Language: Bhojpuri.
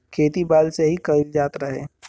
खेती बैल से ही कईल जात रहे